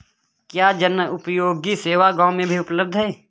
क्या जनोपयोगी सेवा गाँव में भी उपलब्ध है?